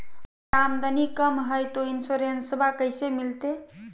हमर आमदनी कम हय, तो इंसोरेंसबा कैसे मिलते?